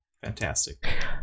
Fantastic